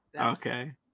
Okay